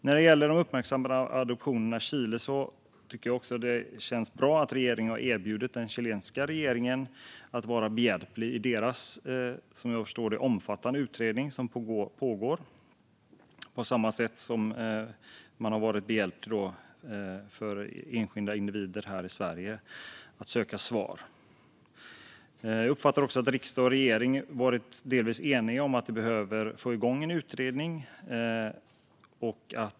När det gäller de uppmärksammade adoptionerna från Chile känns det bra att regeringen har erbjudit den chilenska regeringen att vara behjälplig i deras, som jag förstår det, omfattande utredning som pågår, på samma sätt som man har varit behjälplig för enskilda individer här i Sverige att söka svar. Jag uppfattar också att riksdag och regering delvis varit eniga om att vi behöver få igång en utredning.